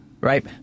right